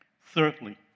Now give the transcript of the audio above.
Thirdly